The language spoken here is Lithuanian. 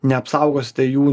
neapsaugosite jų